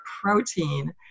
protein